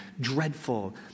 dreadful